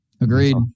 Agreed